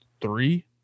three